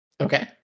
Okay